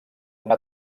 una